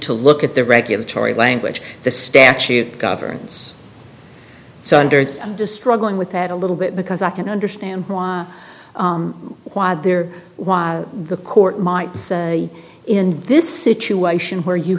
to look at the regulatory language the statute governs so under it's just struggling with that a little bit because i can understand why there was the court might say in this situation where you